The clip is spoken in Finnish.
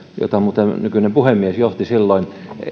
jota muuten nykyinen puhemies johti silloin